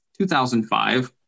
2005